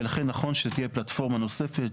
ולכן נכון שתהיה פלטפורמה נוספת,